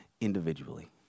individually